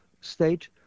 state